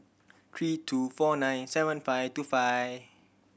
three two four nine seven five two five